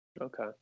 okay